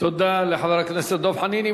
תודה לחבר הכנסת דב חנין.